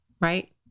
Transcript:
right